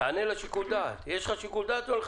יש לך שיקול דעת או לא?